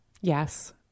Yes